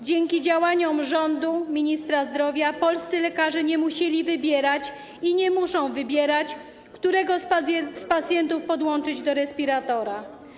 Dzięki działaniom rządu, ministra zdrowia polscy lekarze nie musieli i nie muszą wybierać, którego z pacjentów podłączyć do respiratora.